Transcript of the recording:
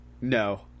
No